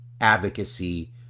advocacy